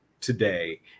today